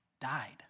died